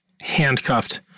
handcuffed